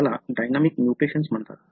त्याला dynamic mutations म्हणतात